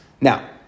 Now